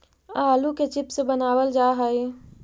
आलू के चिप्स बनावल जा हइ